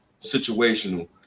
situational